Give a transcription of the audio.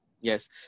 Yes